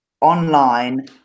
online